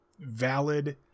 valid